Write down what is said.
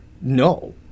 No